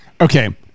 Okay